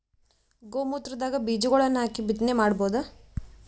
ಗೋ ಮೂತ್ರದಾಗ ಬೀಜಗಳನ್ನು ಹಾಕಿ ಬಿತ್ತನೆ ಮಾಡಬೋದ?